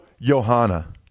Johanna